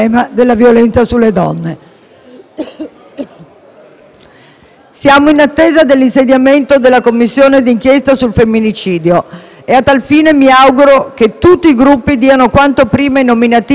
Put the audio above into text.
Siamo in attesa dell'insediamento della Commissione di inchiesta sul femminicidio e a tal fine mi auguro che tutti i Gruppi diano quanto prima i nominativi delle senatrici e dei senatori che ne faranno parte,